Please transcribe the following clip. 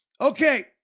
okay